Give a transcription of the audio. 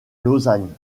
lausanne